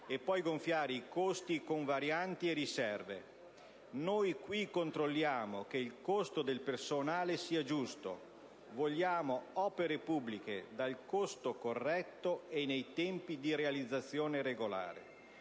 e poi gonfiare i costi con varianti e riserve. Noi qui controlliamo che il costo del personale sia giusto; vogliamo opere pubbliche dal costo corretto e nei tempi di realizzazione regolare.